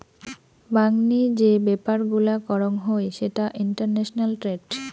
মাংনি যে ব্যাপার গুলা করং হই সেটা ইন্টারন্যাশনাল ট্রেড